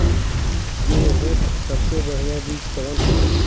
गेहूँक सबसे बढ़िया बिज कवन होला?